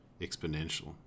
exponential